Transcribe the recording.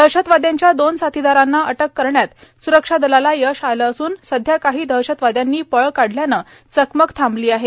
दहशतवाद्यांच्या दोन साथीदारांना अटक करण्यात सुरक्षा दलाला यश आलं असून सध्या काही दहशतवाद्यांनी पळ काढल्यानं चकमक थांबली आहे